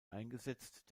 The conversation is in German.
eingesetzt